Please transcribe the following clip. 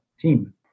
team